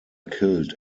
killed